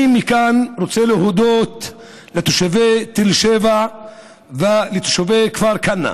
אני מכאן רוצה להודות לתושבי תל שבע ולתושבי כפר כנא,